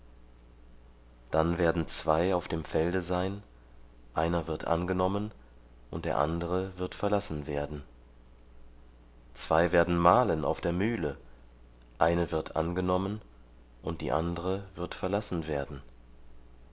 dann werden zwei auf dem felde sein einer wird angenommen und der andere wird verlassen werden zwei werden mahlen auf der mühle eine wird angenommen und die andere wird verlassen werden